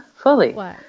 fully